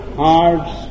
hearts